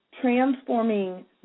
transforming